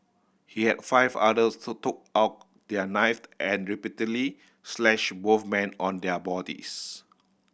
he have five others to took out their knife and repeatedly slashed both men on their bodies